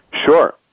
Sure